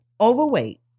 overweight